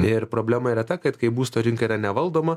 ir problema yra ta kad kai būsto rinka yra nevaldoma